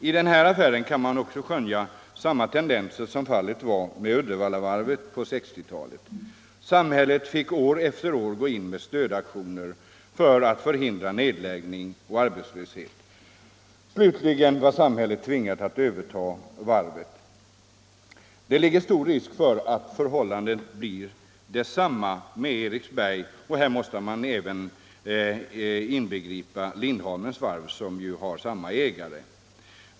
I den här affären kan man skönja samma tendenser som när det gällde varvet i Uddevalla på 1960-talet. Samhället fick år efter år gå in med stödaktioner för att förhindra nedläggning och arbetslöshet. Slutligen var samhället tvingat att överta varvet. Det föreligger stor risk att förhållandet blir detsamma med Eriksberg, och här måste man även inbegripa Lindholmens Varv som ju har samma ägare.